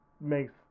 makes